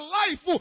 life